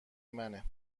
منه